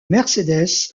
mercedes